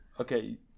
Okay